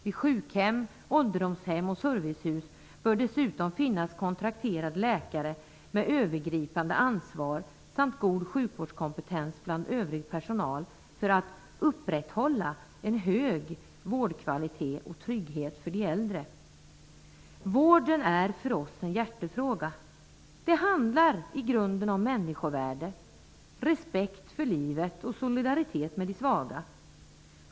Vid sjukhem, ålderdomshem och servicehus bör det dessutom finnas kontrakterade läkare med övergripande ansvar samt god sjukvårdskompetens bland övrig personal för att upprätthålla en hög vårdkvalitet och trygghet för de äldre. Vården är en hjärtefråga för oss. Det handlar i grunden om människovärde, respekt för livet och solidaritet med de svaga.